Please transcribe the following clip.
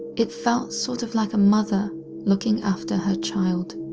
it felt sort of like a mother looking after her child.